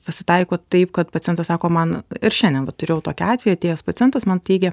pasitaiko taip kad pacientas sako man ir šiandien va turėjau tokį atvejį atėjęs pacientas man teigė